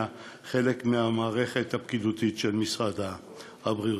חלק מהמערכת הפקידותית של משרד הבריאות.